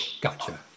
Gotcha